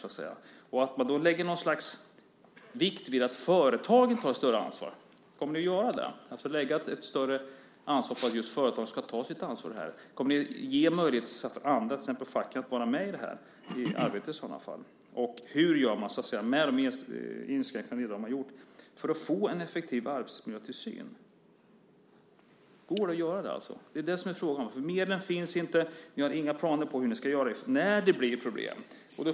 Kommer ni då att lägga vikt vid att företagen tar ett större ansvar? Kommer ni att ge möjlighet åt andra, till exempel facket, att vara med i det arbetet? Och hur gör man med de inskränkningar man redan har gjort för att få en effektiv arbetsmiljötillsyn? Går det att få det? Det är det som är frågan. Medlen finns inte. Ni har inga planer på hur ni ska göra när det blir problem.